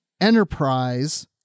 enterprise